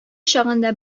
чагында